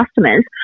customers